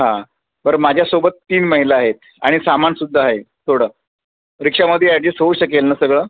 हां बरं माझ्यासोबत तीन महिला आहेत आणि सामानसुद्धा आहे थोडं रिक्षामध्ये ॲडजेस्ट होऊ शकेल ना सगळं